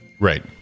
Right